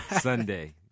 Sunday